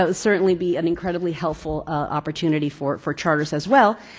ah certainly be an incredibly helpful opportunity for for charters as well.